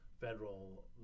federal